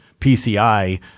PCI